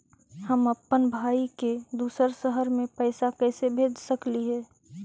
हम अप्पन भाई के दूसर शहर में पैसा कैसे भेज सकली हे?